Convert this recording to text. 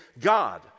God